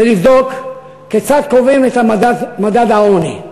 ולבדוק כיצד קובעים את מדד העוני.